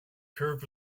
curve